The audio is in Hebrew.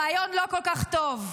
רעיון לא כל כך טוב.